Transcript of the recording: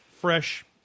fresh